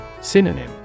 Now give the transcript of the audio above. Synonym